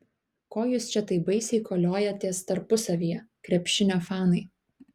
ko jūs čia taip baisiai koliojatės tarpusavyje krepšinio fanai